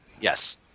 Yes